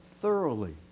thoroughly